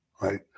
Right